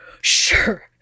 Sure